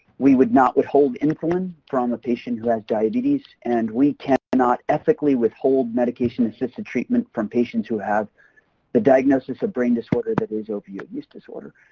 we would not withhold insulin from a patient who has diabetes and we cannot ethically withhold medication-assisted treatment from patients who have the diagnosis of brain disorder that is opioid use disorder.